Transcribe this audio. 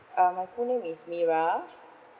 uh my full name is mira